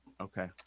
Okay